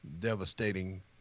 devastating